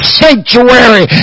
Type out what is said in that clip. sanctuary